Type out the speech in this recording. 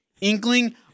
Inkling